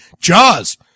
jaws